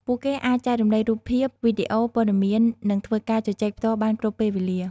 ពួកគេអាចចែករំលែករូបភាព វីដេអូ ព័ត៌មាន និងធ្វើការជជែកផ្ទាល់បានគ្រប់ពេលវេលា ។